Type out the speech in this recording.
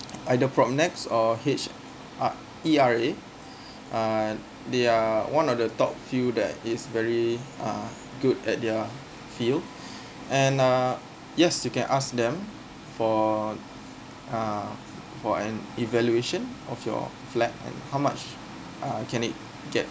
either from pronex or H~ uh E_R_A uh they are one of the top few that is very uh good at their uh field and uh yes you can ask them for uh for an evaluation of your flat and how much uh can it get